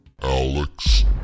Alex